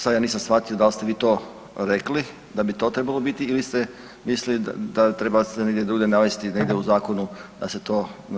Sad ja nisam shvatio dal ste vi to rekli da bi to trebalo biti ili ste mislili da treba se negdje drugdje navesti, negdje u zakonu da se to.